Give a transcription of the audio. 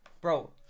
bro